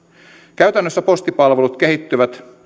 käytännössä postipalvelut kehittyvät